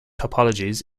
topologies